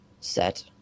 set